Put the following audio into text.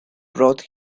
brought